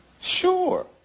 Sure